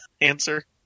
answer